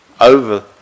over